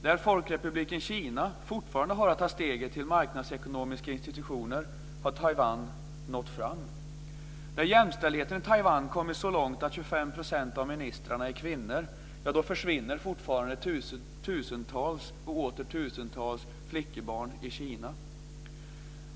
När Folkrepubliken Kina fortfarande har att ta steget till marknadsekonomiska institutioner har Taiwan redan nått fram. När jämställdheten i Taiwan har kommit så långt att 25 % av ministrarna är kvinnor, försvinner fortfarande tusentals och åter tusentals flickebarn i Kina.